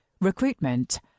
recruitment